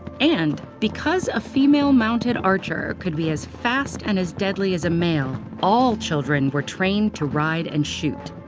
and, because a female mounted archer could be as fast and as deadly as a male, all children were trained to ride and shoot.